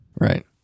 Right